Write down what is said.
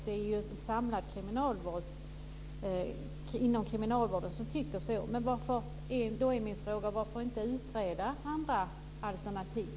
Det tycker man samlat inom kriminalvården. Då är min fråga: Varför inte utreda andra alternativ?